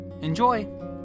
enjoy